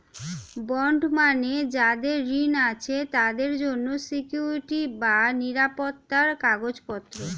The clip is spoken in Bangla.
বন্ড মানে যাদের ঋণ আছে তাদের জন্য সিকুইরিটি বা নিরাপত্তার কাগজপত্র